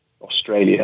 Australia